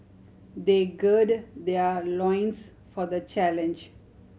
they gird their loins for the challenge